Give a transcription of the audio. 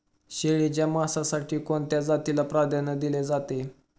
शेळीच्या मांसासाठी कोणत्या जातीला प्राधान्य दिले जाते?